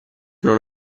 non